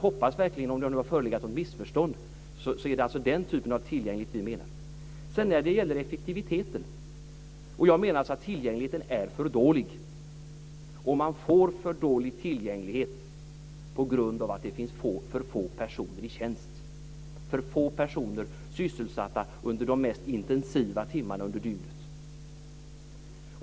Om det har förelegat något missförstånd hoppas jag verkligen att det nu är klart att det är den typen av tillgänglighet vi menar. Jag menar att tillgängligheten är för dålig. Man får för dålig tillgänglighet på grund av att det är för få personer i tjänst. Det är för få personer som är sysselsatta under de mest intensiva timmarna under dygnet.